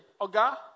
Oga